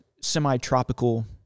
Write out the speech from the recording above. semi-tropical